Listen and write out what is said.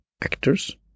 actors